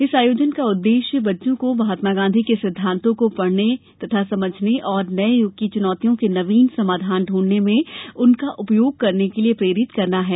इस आयोजन का उद्देश्य बच्चों को महात्मा गांधी के सिद्वांतों को पढ़ने तथा समझने और नये युग की चुनौतियों के नवीन समाधान ढूंढने में उनका उपयोग करने के लिए प्रेरित करना है